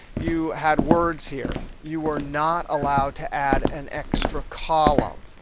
you had words here? you are not allowed to add an extra column.